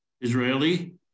Israeli